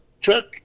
Chuck